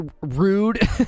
rude